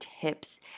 tips